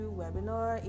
webinar